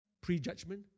prejudgment